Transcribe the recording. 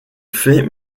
fait